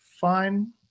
fine